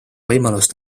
võimalust